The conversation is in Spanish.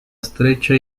estrecha